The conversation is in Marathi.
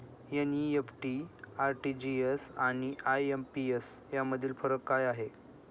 एन.इ.एफ.टी, आर.टी.जी.एस आणि आय.एम.पी.एस यामधील फरक काय आहे?